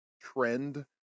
trend